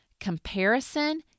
comparison